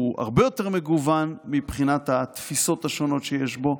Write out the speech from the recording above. והוא הרבה יותר מגוון מבחינת התפיסות השונות שיש בו.